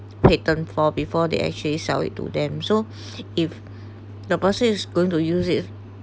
payton for before they actually sell it to them so if the person is going to use it